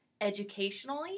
educationally